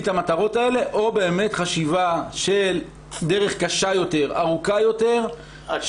את המטרות האלה או באמת חשיבה של דרך קשה יותר וארוכה יותר.